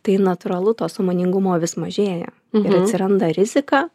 tai natūralu to sąmoningumo vis mažėja ir atsiranda rizika